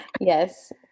yes